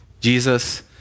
Jesus